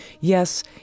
Yes